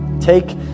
Take